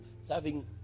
serving